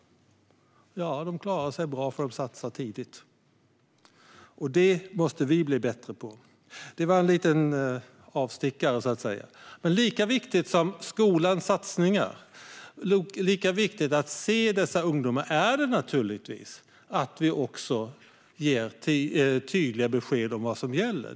De klarar sig bra för att de satsar tidigt. Det måste vi bli bättre på. Detta var en liten avstickare från ämnet. Lika viktigt som att satsa på skolan, så att vi ser dessa ungdomar, är det att vi ger tydliga besked om vad som gäller.